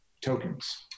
tokens